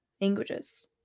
languages